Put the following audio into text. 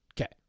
okay